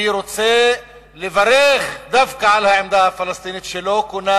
אני רוצה לברך דווקא על העמדה הפלסטינית, שלא קונה